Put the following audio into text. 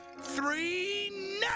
three